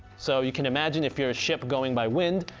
so you can imagine if you're a ship going by wind,